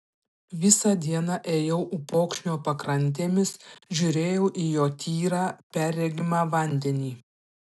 visą dieną ėjau upokšnio pakrantėmis žiūrėjau į jo tyrą perregimą vandenį